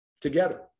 together